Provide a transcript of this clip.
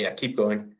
yeah keep going.